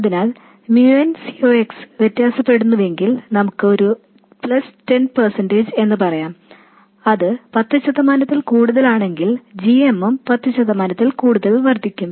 അതിനാൽ mu n C ox വ്യത്യാസപ്പെടുന്നുവെങ്കിൽ നമുക്ക് ഒരു 10 എന്ന് പറയാം അത് പത്ത് ശതമാനത്തിൽ കൂടുതലാണെങ്കിൽ g m ഉം 10 ശതമാനത്തിൽ കൂടുതൽ വർദ്ധിക്കും